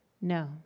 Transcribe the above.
No